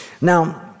Now